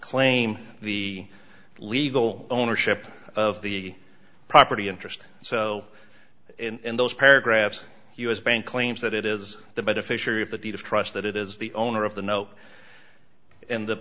claim the legal ownership of the property interest so in those paragraphs u s bank claims that it is the beneficiary of the deed of trust that it is the owner of the no in the